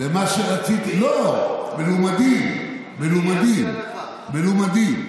ומה שרציתי, לא, מלומדי, מלומדי, מלומדי.